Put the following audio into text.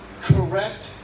Correct